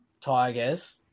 tigers